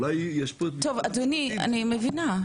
אדוני, אני מבינה.